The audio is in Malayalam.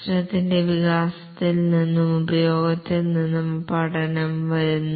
സിസ്റ്റത്തിന്റെ വികാസത്തിൽ നിന്നും ഉപയോഗത്തിൽ നിന്നും പഠനം വരുന്നു